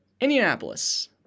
Indianapolis